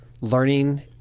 learning